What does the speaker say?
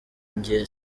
njye